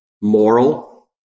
moral